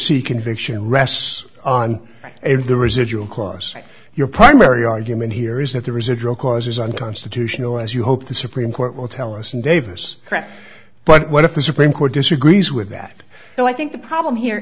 c conviction rests on if the residual costs like your primary argument here is that the residual cause is unconstitutional as you hope the supreme court will tell us in davis correct but what if the supreme court disagrees with that so i think the problem here